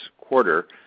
quarter